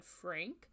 Frank